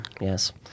yes